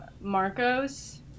Marcos